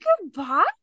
goodbye